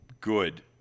good